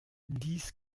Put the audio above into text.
dies